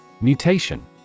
Mutation